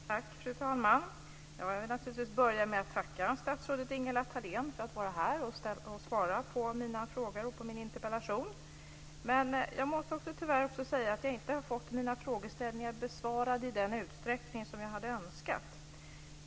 Fru talman! Jag vill naturligtvis börja med att tacka statsrådet Ingela Thalén för att hon är här och svarar på frågorna i min interpellation. Tyvärr måste jag också säga att jag inte har fått mina frågor besvarade i den utsträckning som jag hade önskat.